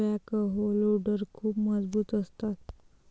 backhoe loader खूप मजबूत असतात